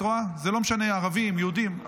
את רואה, זה לא משנה, ערבים, יהודים.